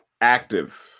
active